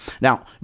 Now